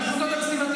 בוא נסביר לך.